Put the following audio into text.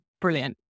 brilliant